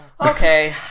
Okay